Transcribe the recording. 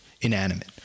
inanimate